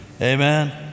Amen